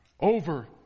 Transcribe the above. over